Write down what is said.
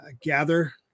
gather